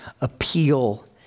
appeal